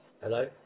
Hello